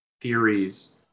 theories